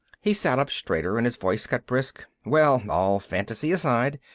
he sat up straighter and his voice got brisk. well, all fantasy aside,